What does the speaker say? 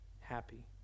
happy